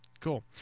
Cool